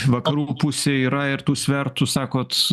vakarų pusėj yra ir tų svertų sakot